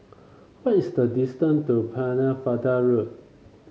what is the distance to Pennefather Road